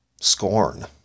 scorn